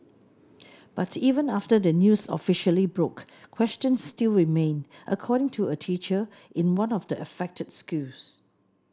but even after the news officially broke questions still remain according to a teacher in one of the affected schools